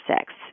six